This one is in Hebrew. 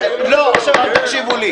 עכשיו תקשיבו לי.